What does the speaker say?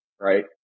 right